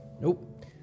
Nope